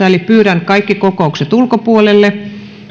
eli pyydän kaikki kokoukset ulkopuolelle